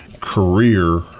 career